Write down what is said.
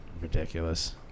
Ridiculous